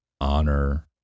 honor